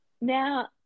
Now